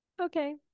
okay